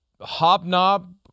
hobnob